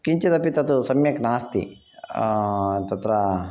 किञ्चिदपि तत् सम्यक् नास्ति तत्र